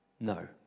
No